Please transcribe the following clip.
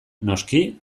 noski